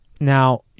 now